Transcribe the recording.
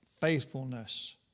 faithfulness